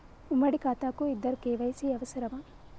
ఉమ్మడి ఖాతా కు ఇద్దరు కే.వై.సీ అవసరమా?